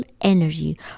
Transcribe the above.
energy